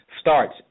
starts